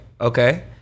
okay